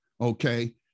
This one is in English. okay